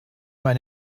mal